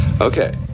Okay